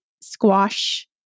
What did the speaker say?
squash